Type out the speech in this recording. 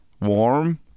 warm